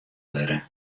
wurde